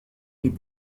les